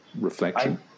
reflection